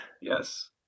Yes